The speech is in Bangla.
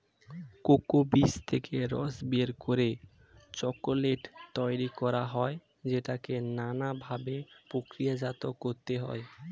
কোকো বীজ থেকে রস বের করে চকোলেট তৈরি করা হয় যেটাকে নানা ভাবে প্রক্রিয়াজাত করতে হয়